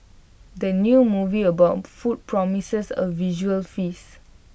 the new movie about food promises A visual feast